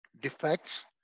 defects